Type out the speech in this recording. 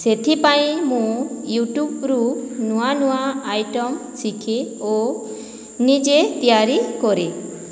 ସେଥିପାଇଁ ମୁଁ ୟୁଟ୍ୟୁବରୁ ନୂଆ ନୂଆ ଆଇଟମ ଶିଖେ ଓ ନିଜେ ତିଆରି କରେ